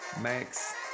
Max